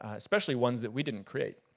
especially ones that we didn't create.